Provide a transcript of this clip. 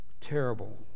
terrible